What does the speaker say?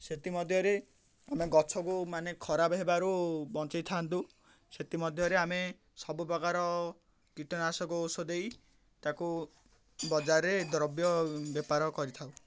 ସେଥିମଧ୍ୟରେ ଆମେ ଗଛକୁ ମାନେ ଖରାପ୍ ହେବାରୁ ବଞ୍ଚେଇଥାନ୍ତୁ ସେଥିମଧ୍ୟରେ ଆମେ ସବୁ ପ୍ରକାର କୀଟନାଶକ ଔଷଧ ଦେଇ ତା'କୁ ବଜାରରେ ଦ୍ରବ୍ୟ ବେପାର କରିଥାଉ